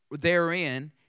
therein